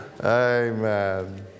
Amen